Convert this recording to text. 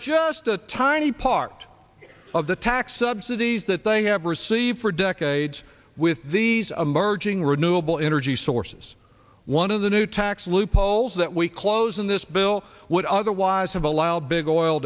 just a tiny part of the tax subsidies that they have received for decades with these emerging renewable energy sources one of the new tax loopholes that we close in this bill would otherwise have allowed big oil